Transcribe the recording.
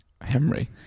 Henry